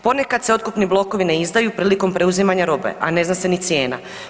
Ponekad se otkupni blokovi ne izdaju prilikom preuzimanja robe, a ne zna se ni cijena.